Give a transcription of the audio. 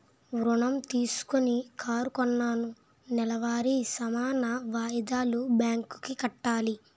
ఋణం తీసుకొని కారు కొన్నాను నెలవారీ సమాన వాయిదాలు బ్యాంకు కి కట్టాలి